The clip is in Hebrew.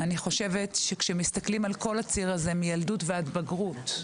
אני חושבת שכשמסתכלים על כל הציר הזה מילדות ועד בגרות,